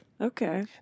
Okay